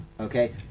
okay